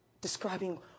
describing